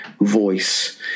voice